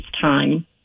time